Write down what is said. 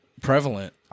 prevalent